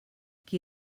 qui